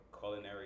culinary